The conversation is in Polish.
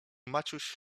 maciuś